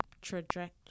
trajectory